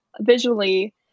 Visually